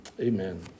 Amen